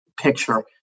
picture